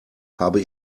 habe